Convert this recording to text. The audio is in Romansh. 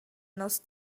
nos